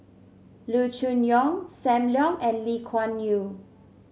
Loo Choon Yong Sam Leong and Lee Kuan Yew